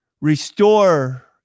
Restore